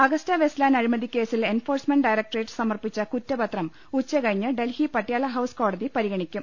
Agusta Westland അഴിമതിക്കേസിൽ enforcement directorate സമർപ്പിച്ച കുറ്റപ്രത്രം ഉച്ചകഴിഞ്ഞ് ഡൽഹി പട്യാല ഹൌസ് കോടതി പരിഗണിക്കും